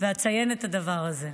ואציין את הדבר הזה.